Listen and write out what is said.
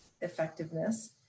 effectiveness